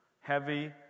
Heavy